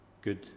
good